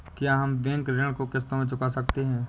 क्या हम बैंक ऋण को किश्तों में चुका सकते हैं?